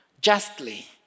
justly